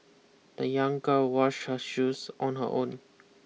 the young girl washed her shoes on her own